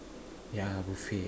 ya buffet